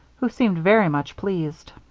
who seemed very much pleased.